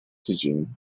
tydzień